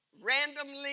randomly